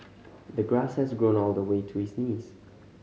the grass had grown all the way to his knees